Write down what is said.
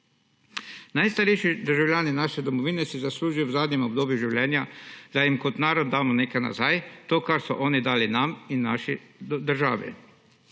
Najstarejši državljani naše domovine si zaslužijo v zadnjem obdobju življenja, da jim kot narod damo nekaj nazaj, to, kar so oni dali nam in naši državi.